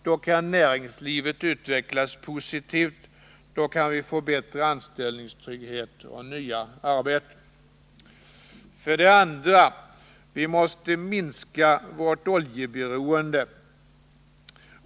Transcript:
Då kan näringslivet utvecklas positivt, då kan vi få bättre anställningstrygghet och nya arbeten. Vi måste vidare minska vårt oljeberoende.